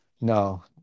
No